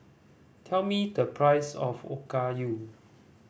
tell me the price of Okayu